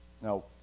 Now